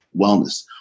wellness